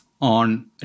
on